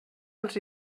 els